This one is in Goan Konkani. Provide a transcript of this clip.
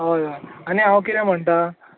हय आनी हांव कितें म्हणटा